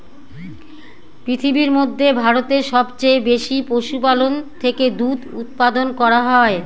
পৃথিবীর মধ্যে ভারতে সবচেয়ে বেশি পশুপালন থেকে দুধ উপাদান করা হয়